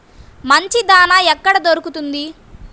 మంచి దాణా ఎక్కడ దొరుకుతుంది?